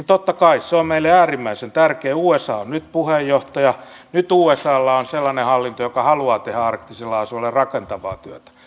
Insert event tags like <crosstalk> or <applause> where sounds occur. <unintelligible> totta kai se on meille äärimmäisen tärkeä usa on nyt puheenjohtaja nyt usalla on sellainen hallinto joka haluaa tehdä arktisella alueella rakentavaa työtä